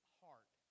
heart